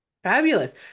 Fabulous